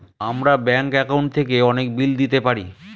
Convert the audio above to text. আমরা bank account থেকে অনেক বিল দিতে পারি